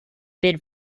bid